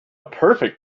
perfect